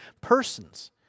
persons